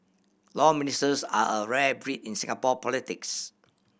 Law Ministers are a rare breed in Singapore politics